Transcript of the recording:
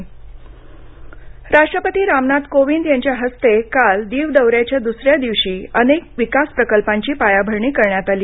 राष्ट्रपती राष्ट्रपती रामनाथ कोविन्द यांनी काल आपल्या दीव दौऱ्याच्या दुसऱ्या दिवशी अनेक विकास प्रकल्पांची पायाभरणी करण्यात आली